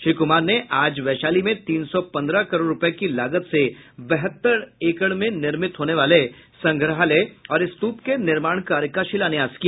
श्री कूमार ने आज वैशाली में तीन सौ पन्द्रह करोड़ रुपये की लागत से बहत्तर एकड़ में निर्मित होने वाले संग्रहालय और स्तूप के निर्माण कार्य का शिलान्यास किया